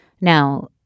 Now